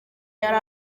yari